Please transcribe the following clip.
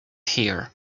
here